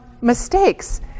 mistakes